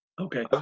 okay